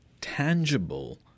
tangible